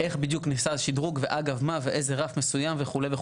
של איך בדיוק נעשה השדרוג ואגב מה ואיזה רף מסוים וכולי.